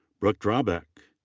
brooke drabek.